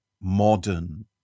modern